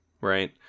right